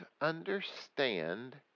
understand